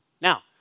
Now